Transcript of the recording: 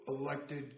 elected